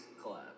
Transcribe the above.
collab